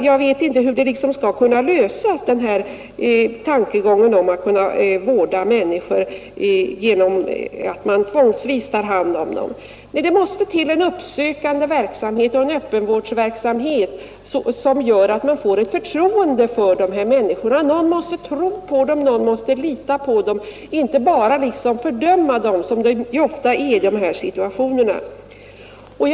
Jag vet inte hur man skulle kunna vårda människor genom att tvångsvis ta hand om dem. Nej, det måste till en uppsökande verksamhet, en öppenvårdsverksamhet som gör att dessa människor möts med förtroende. Någon måste tro och lita på dem, inte bara fördöma dem — som så ofta sker i sådana fall.